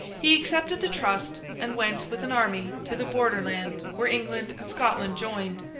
he accepted the trust, and went, with an army, to the border-land where england and scotland joined.